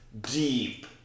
deep